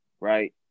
right